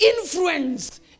Influence